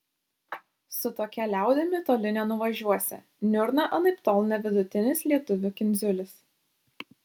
su tokia liaudimi toli nenuvažiuosi niurna anaiptol ne vidutinis lietuvių kindziulis